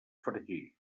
fregir